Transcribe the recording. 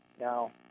now